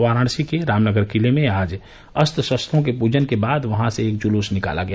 वाराणसी के रामनगर किले में आज अस्त्र शस्त्रों के पूजन के बाद वहां से एक जुलूस निकाला गया